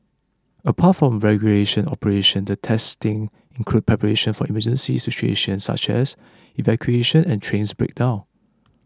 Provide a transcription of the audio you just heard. apart from regulation operations the testing includes preparation for emergency situations such as evacuations and train breakdowns